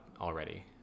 already